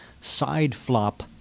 side-flop